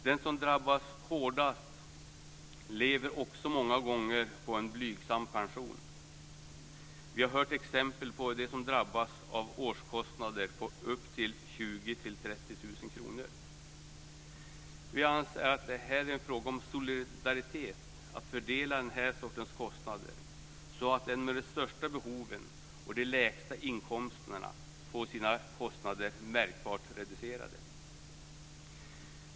De som drabbas hårdast lever dessutom många gånger på en blygsam pension. Vi har hört exempel om personer som drabbas av årskostnader på upp till 20 000-30 000 kr. Vi anser att det är en fråga om solidaritet att fördela den här sortens kostnader, så att de med de största behoven och de lägsta inkomsterna får sina kostnader märkbart reducerade.